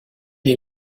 est